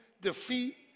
defeat